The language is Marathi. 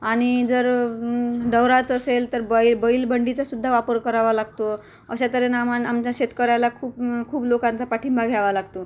आणि जर दौराचं असेल तर बै बैलभंडीचासुद्धा वापर करावा लागतो अशा तर्हेनं आम्हा आमच्या शेतकऱ्याला खूप खूप लोकांचा पाठिंबा घ्यावा लागतो